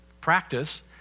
practice